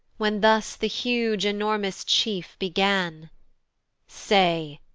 when thus the huge, enormous chief began say,